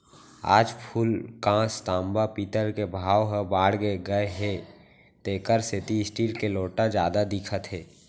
आज फूलकांस, तांबा, पीतल के भाव ह बाड़गे गए हे तेकर सेती स्टील के लोटा जादा दिखत हे